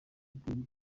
ipfunwe